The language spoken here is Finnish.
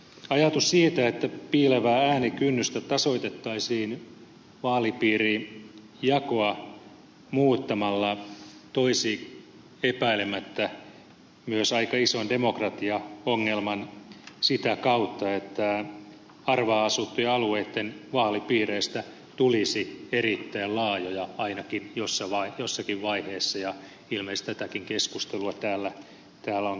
ajatus siitä että piilevää äänikynnystä tasoitettaisiin vaalipiirijakoa muuttamalla toisi epäilemättä myös aika ison demokratiaongelman sitä kautta että harvaan asuttujen alueitten vaalipiireistä tulisi erittäin laajoja ainakin jossakin vaiheessa ja ilmeisesti tätäkin keskustelua täällä on käyty